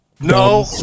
No